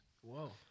Whoa